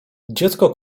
dziecko